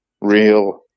real